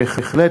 בהחלט,